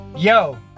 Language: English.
Yo